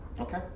Okay